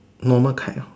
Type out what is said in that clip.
normal kite orh